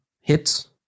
hits